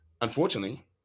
Unfortunately